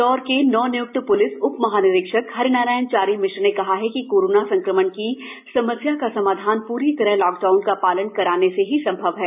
इंदौर के नव निय्क्त प्लिस उपमहानिरीक्षक हरिनारायण चारी मिश्र ने कहा है कि कोरोना संक्रमण की समस्या का समाधान पूरी तरह लॉक डाउन का पालन कराने से ही संभव है